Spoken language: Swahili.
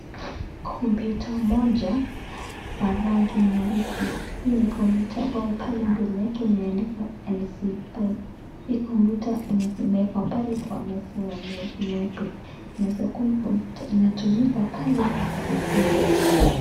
Kompyuta moja kwa rangi nyeusi. Hii ni kompyuta ambayo pale mbele yake imeandikwa NC5. Hii kompyuta imeekwa pale kwa ya meza nyeupe. Inaeza kua hii kompyuta inatumika pale ofisini.